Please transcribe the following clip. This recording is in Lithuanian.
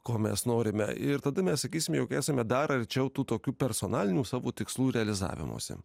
ko mes norime ir tada mes sakysim jog esame dar arčiau tų tokių personalinių savų tikslų realizavimosi